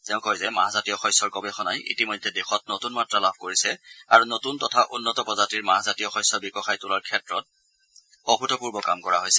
তেওঁ কয় যে মাহজাতীয় শস্যৰ গৱেষণাই ইতিমধ্যে দেশত নতুন মাত্ৰা লাভ কৰিছে আৰু নতুন তথা উন্নত প্ৰজাতিৰ মাহজাতীয় শস্য বিকশাই তোলাৰ দিশত অভূতপূৰ্ব কাম কৰা হৈছে